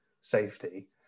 safety